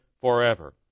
forever